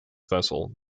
vessel